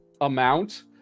amount